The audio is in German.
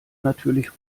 natürlich